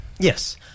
Yes